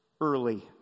early